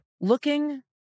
Looking